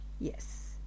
Yes